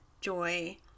joy